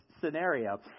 scenario